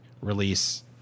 release